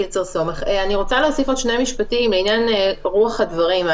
אני רוצה להוסיף עוד שני משפטים בעניין רוח הדברים.